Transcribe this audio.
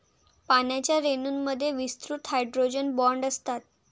पाण्याच्या रेणूंमध्ये विस्तृत हायड्रोजन बॉण्ड असतात